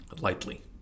lightly